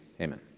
Amen